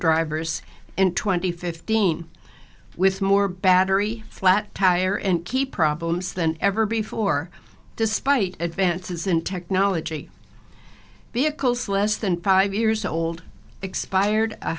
drivers in twenty fifteen with more battery flat tire and key problems than ever before despite advances in technology bickles less than five years old expired a